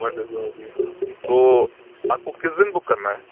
white colour کی ہوگی ہاں تو آپ کو کس دن بک کرنا ہے